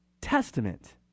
Testament